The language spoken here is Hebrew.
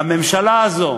והממשלה הזאת